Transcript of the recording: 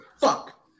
fuck